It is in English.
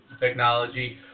technology